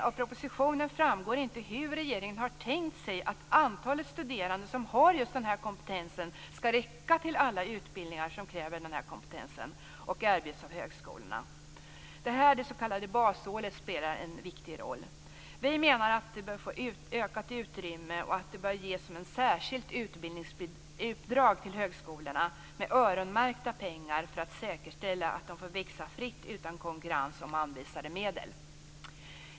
Av propositionen framgår dock inte hur regeringen har tänkt sig att antalet studerande som har denna kompetens skall räcka till alla utbildningar som kräver kompetensen och som erbjuds av högskolorna. Det är här det s.k. basåret spelar en viktig roll. Vi menar att det bör få utökat utrymme och att det bör ges som ett särskilt utbildningsuppdrag till högskolorna med öronmärkta pengar för att säkerställa att det får växa fritt utan konkurrens om anvisade medel.